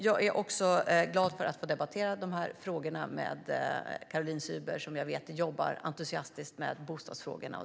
Jag är också glad för att få debattera de här frågorna med Caroline Szyber, som jag vet jobbar entusiastiskt med bostadsfrågorna.